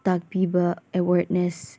ꯇꯥꯛꯄꯤꯕ ꯑꯦꯋꯥꯔꯅꯦꯁ